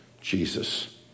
Jesus